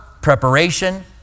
preparation